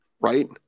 right